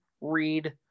read